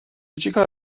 چیکار